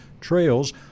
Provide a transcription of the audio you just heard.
trails